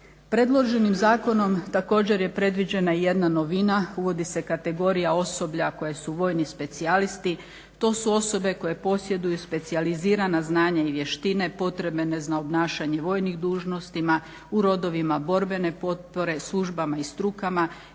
Predloženim zakonom također je predviđena jedna novina, uvodi se kategorija osoblja koji su vojni specijalisti, to su osobe koje posjeduju specijalizirana znanja i vještine, potrebe za obnašanje vojnih dužnostima, u rodovima borbene potrebe, službama i strukama